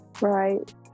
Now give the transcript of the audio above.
right